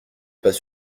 pas